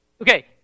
Okay